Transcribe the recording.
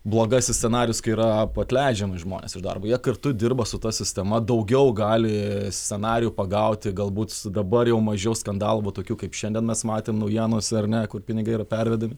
blogasis scenarijus kai yra atleidžiami žmonės iš darbo jie kartu dirba su ta sistema daugiau gali scenarijų pagauti galbūts dabar jau mažiau skandalų vat tokių kaip šiandien mes matėm naujienose ar ne kur pinigai yra pervedami